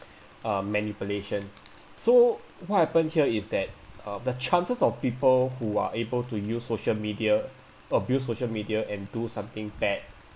um manipulation so what happened here is that uh the chances of people who are able to use social media abuse social media and do something bad